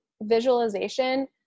visualization